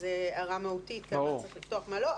שזו הערה מהותית מה צריך לפתוח ומה לא,